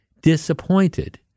disappointed